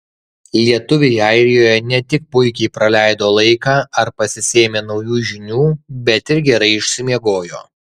lietuviai airijoje ne tik puikiai praleido laiką ar pasisėmė naujų žinių bet ir gerai išsimiegojo